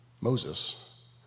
Moses